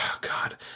God